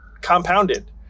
compounded